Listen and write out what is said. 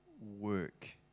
work